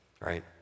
right